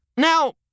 Now